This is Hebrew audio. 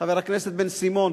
חבר הכנסת בן-סימון,